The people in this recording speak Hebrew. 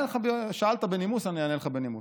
שאלת בנימוס, אני אענה לך בנימוס.